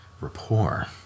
rapport